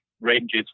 ranges